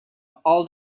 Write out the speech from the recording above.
all